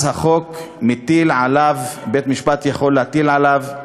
אז החוק מטיל עליו, בית-משפט יכול להטיל עליו,